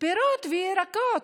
פירות וירקות.